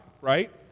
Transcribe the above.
right